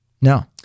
no